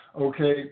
okay